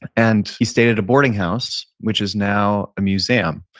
and he stayed at a boarding house, which is now a museum.